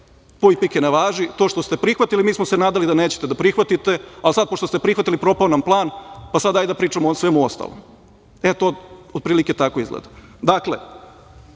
puj pike, ne važi, to što ste prihvatili, mi smo se nadali da nećete da prihvatite, a sad pošto ste prihvatili, propao nam plan, pa sad hajde da pričamo o svemu ostalom. Eto, otprilike tako izgleda. Dakle,